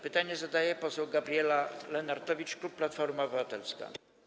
Pytanie zadaje poseł Gabriela Lenartowicz, klub Platforma Obywatelska.